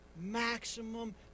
maximum